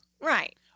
Right